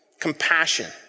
compassion